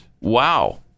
wow